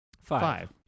five